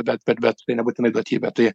bet bet bet tai nebūtinai duotybė tai